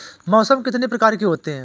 मौसम कितनी प्रकार के होते हैं?